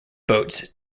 boats